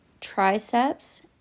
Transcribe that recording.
triceps